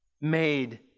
made